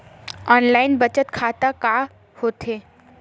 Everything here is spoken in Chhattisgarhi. ऑनलाइन बचत खाता का होथे?